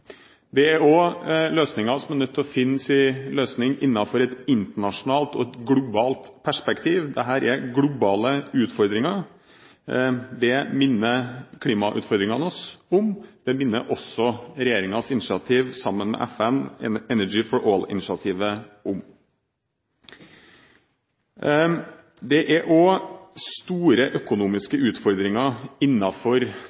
er også løsninger som en er nødt til å finne innenfor et internasjonalt og et globalt perspektiv, dette er globale utfordringer. Det minner klimautfordringene oss om, det minner også regjeringens initiativ sammen med FN, Energy for All-initiativet, oss om. Det er også store